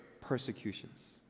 persecutions